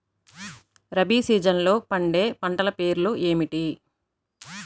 రబీ సీజన్లో పండే పంటల పేర్లు ఏమిటి?